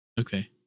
Okay